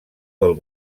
del